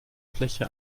fläche